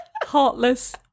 heartless